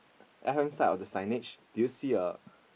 left hand side of the signage do you see a